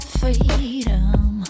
freedom